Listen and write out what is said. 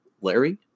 Larry